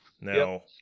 now